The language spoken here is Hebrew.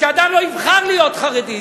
שאדם לא יבחר להיות חרדי.